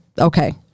Okay